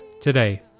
today